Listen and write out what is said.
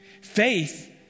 Faith